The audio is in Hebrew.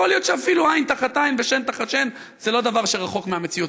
יכול להיות שאפילו עין תחת עין ושן תחת שן זה לא דבר שרחוק מהמציאות.